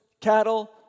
cattle